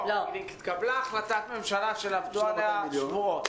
לא, התקבלה החלטת ממשלה שעבדו עליה שבועות.